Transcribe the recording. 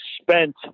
spent